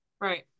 Right